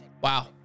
Wow